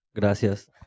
gracias